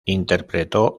interpretó